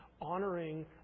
honoring